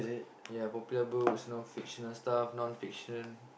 ya popular books non fictional stuff non fiction